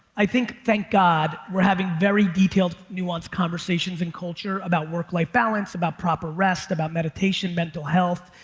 i think thank god we're having very detailed nuance conversations and culture about work-life balance, about proper rest, about meditation mental health,